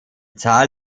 zahl